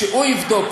שהוא יבדוק,